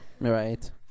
Right